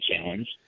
challenge